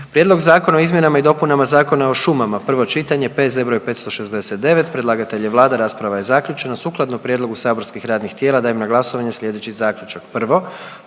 Prijedlog zakona o zaštiti i očuvanju kulturnih dobara, prvo čitanje, P.Z.E. br. 627, predlagatelj je Vlada, rasprava je zaključena. Sukladno prijedlogu saborskih radnih tijela dajem na glasovanje sljedeći zaključak: